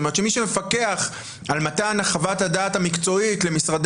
מי שמפקח על מתן חוות הדעת המקצועית למשרד